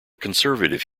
conservative